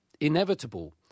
inevitable